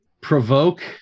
Provoke